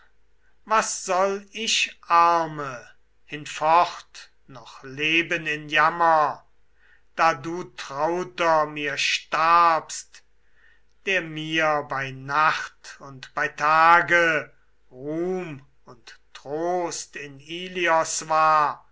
was soll ich arme hinfort noch leben in jammer da du trauter mir starbst der mir bei nacht und bei tage ruhm und trost in ilios war